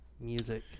music